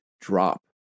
drop